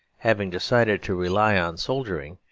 having decided to rely on soldiering,